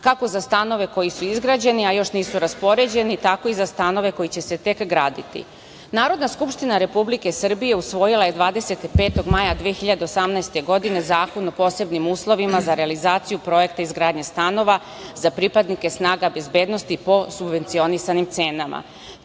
kako za stanove koji su izgrađeni, a još nisu raspoređeni, tako i za stanove koji će se tek graditi. Narodna Skupština Republike Srbije usvojila je 25. maja 2018. godine, Zakon o posebnim uslovima za realizaciju projekta izgradnje stanova za pripadnike snaga bezbednosti po subvencionisanim cenama. Cilj